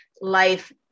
life